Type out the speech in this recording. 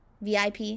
VIP